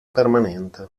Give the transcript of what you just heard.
permanente